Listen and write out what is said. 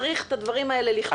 צריך את הדברים האלה לכתוב,